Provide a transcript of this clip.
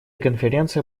конференция